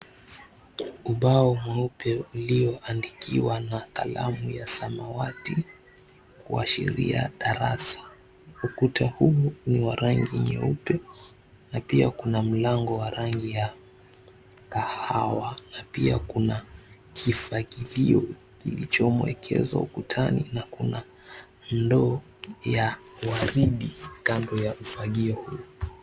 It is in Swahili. Ubao mweupe ulioandikwa na kalamu ya samawati kuashiria darasa. Ukuta huu ni wa rangi nyeupe na pia kuna mlango wa rangi ya kahawa na pia kuna kifagilio kilichowekezwa mtaani na pia kuna ndoo ya waridi kando ya ufagio huo.